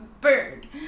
bird